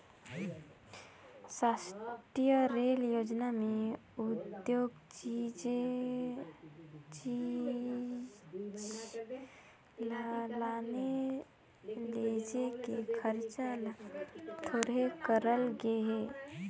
रास्टीय रेल योजना में उद्योग चीच ल लाने लेजे के खरचा ल थोरहें करल गे हे